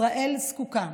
ישראל זקוקה